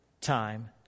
time